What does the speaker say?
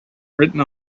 written